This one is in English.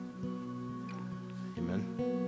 Amen